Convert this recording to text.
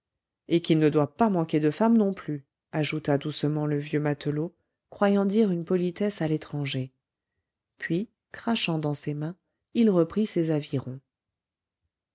et qui ne doit pas manquer de femmes non plus ajouta doucement le vieux matelot croyant dire une politesse à l'étranger puis crachant dans ses mains il reprit ses avirons